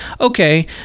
Okay